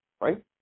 right